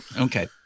Okay